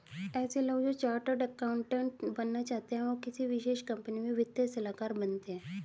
ऐसे लोग जो चार्टर्ड अकाउन्टन्ट बनना चाहते है वो किसी विशेष कंपनी में वित्तीय सलाहकार बनते हैं